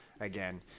again